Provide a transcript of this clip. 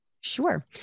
sure